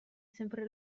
sempre